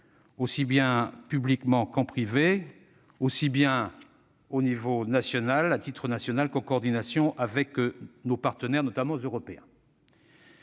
aussi bien publiquement qu'en privé, aussi bien à titre national qu'en coordination avec nos partenaires, notamment européens.